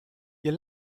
ihr